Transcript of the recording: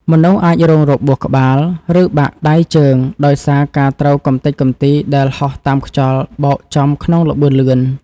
មនុស្សអាចរងរបួសក្បាល ឬបាក់ដៃជើងដោយសារការត្រូវកម្ទេចកំទីដែលហោះតាមខ្យល់បោកចំក្នុងល្បឿនលឿន។